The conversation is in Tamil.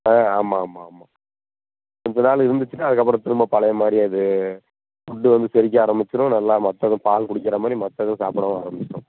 ஆ ஆமாம் ஆமாம் ஆமாம் கொஞ்சம் நாள் இருந்துச்சுன்னா அதுக்கப்பறம் திரும்ப பழைய மாதிரி அது ஃபுட்டு வந்து செரிக்க ஆரமிச்சிரும் நல்லா மற்றது பால் குடிக்கிற மாதிரி மற்றதும் சாப்பிடவும் ஆரமிச்சிரும்